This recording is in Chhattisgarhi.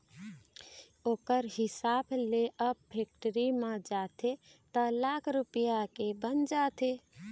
ओखर हिसाब ले अब फेक्टरी म जाथे त लाख रूपया के बन जाथे